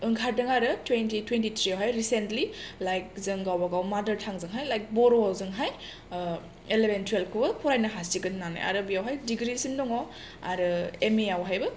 ओंखारदों आरो टुयेनटि टुयेनटिथ्रियावहाय रिसेन्टलि लाइक जों गावबा गाव मादार टांगजोंहाय लाइक बर' जोंहाय ओ एलेभेन टुयेलभखौहाय फरायनो हायो आरो बेवहाय डिग्रिसिम दङ आरो बेवहाय ओ एमए यावहायबो